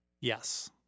Yes